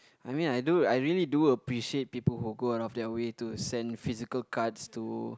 I mean I do I really do appreciate people who go out of their way to send physical cards to